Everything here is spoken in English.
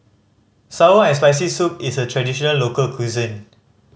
sour and Spicy Soup is a traditional local cuisine